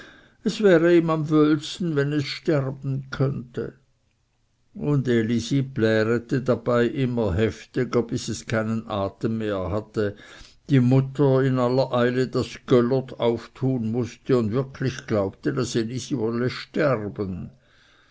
es wäre ihm am wöhlsten wenn es bald sterben könnte und elisi plärete dabei immer heftiger bis es keinen atem mehr hatte die mutter in aller eile das göllert auftun mußte und wirklich glaubte das elisi wolle sterben